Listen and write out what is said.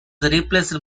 replaced